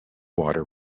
water